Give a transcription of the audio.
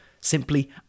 simply